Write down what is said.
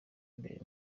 mbere